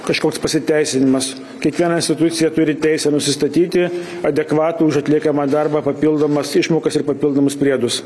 kažkoks pasiteisinimas kiekviena institucija turi teisę nusistatyti adekvatų už atliekamą darbą papildomas išmokas ir papildomus priedus